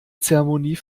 zeremonie